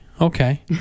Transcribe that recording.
Okay